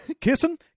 Kissing